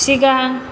सिगां